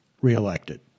reelected